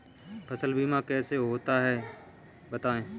फसल बीमा कैसे होता है बताएँ?